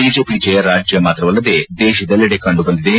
BJP ಜಯ ರಾಜ್ಯ ಮಾತ್ರವಲ್ಲದೇ ದೇಶದಲ್ಲೆಡೆ ಕಂಡು ಬಂದಿದೆ